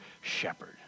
Shepherd